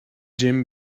jim